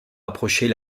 approcher